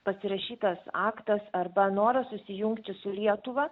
pasirašytas aktas arba noras susijungti su lietuva